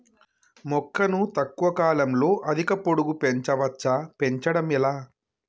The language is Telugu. మొక్కను తక్కువ కాలంలో అధిక పొడుగు పెంచవచ్చా పెంచడం ఎలా?